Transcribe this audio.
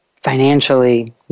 financially